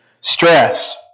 Stress